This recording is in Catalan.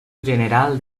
general